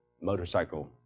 motorcycle